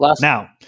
Now